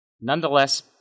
Nonetheless